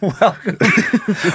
welcome